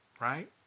right